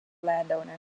landowner